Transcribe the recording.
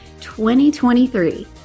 2023